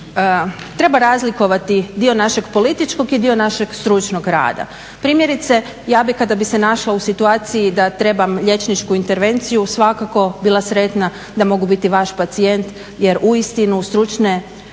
treba razlikovati dio našeg političkog i dio našeg stručnog rada. Primjerice ja bih kada bi se našla u situaciji da trebam liječničku intervenciju svakako bila sretna da mogu biti vaš pacijent jer uistinu stručne